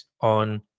on